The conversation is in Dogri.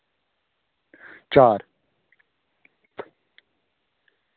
चार